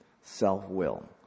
self-will